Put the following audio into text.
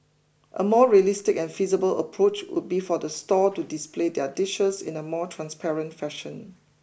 a more realistic and feasible approach would be for the stall to display their dishes in a more transparent fashion